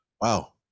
Wow